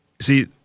see